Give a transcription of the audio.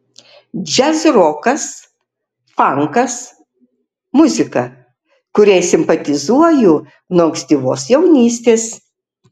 džiazrokas fankas muzika kuriai simpatizuoju nuo ankstyvos jaunystės